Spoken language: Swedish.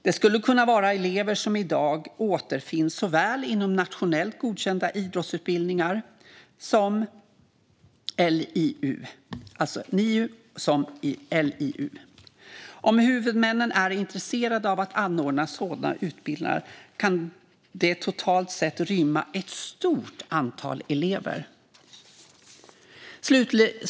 Det skulle kunna vara elever som i dag återfinns såväl inom nationellt godkända idrottsutbildningar, NIU, som inom LIU. Om huvudmännen är intresserade av att anordna sådana utbildningar kan dessa totalt sett rymma ett stort antal elever.